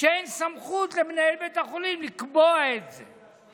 שאין סמכות למנהל בית החולים לקבוע את זה.